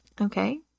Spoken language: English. Okay